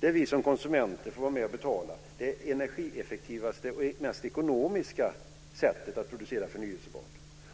där vi som konsumenter får vara med och betala för det energieffektivaste och mest ekonomiska sättet att producera förnyelsebart.